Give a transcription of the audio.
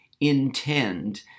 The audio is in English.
intend